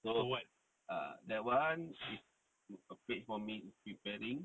so uh that one is a page for me is preparing